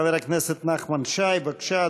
חבר הכנסת נחמן שי, בבקשה.